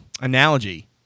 analogy